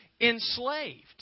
enslaved